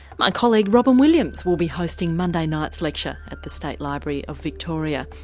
my colleague robyn williams will be hosting monday night's lecture at the state library of victoria.